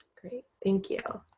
great, thank you.